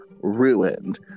ruined